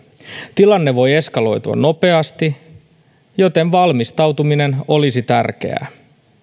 tilanne voi eskaloitua nopeasti joten valmistautuminen olisi tärkeää